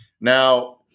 Now